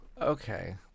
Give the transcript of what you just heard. okay